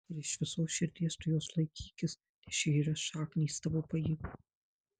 ir iš visos širdies tu jos laikykis nes čia yra šaknys tavo pajėgų